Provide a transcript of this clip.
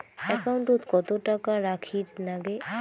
একাউন্টত কত টাকা রাখীর নাগে?